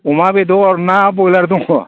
अमा बेदर ना बयलार दङ